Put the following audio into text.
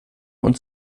und